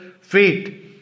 fate